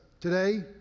today